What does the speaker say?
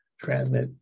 Transmit